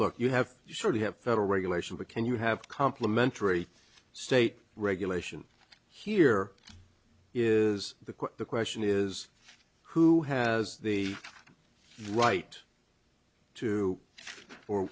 look you have should have federal regulation but can you have complementary state regulation here is the court the question is who has the right two for